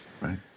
right